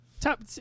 Top